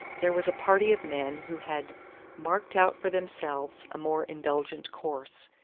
there was a party of men who had marked out for themselves a more indulgent course.